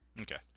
Okay